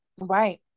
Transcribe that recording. Right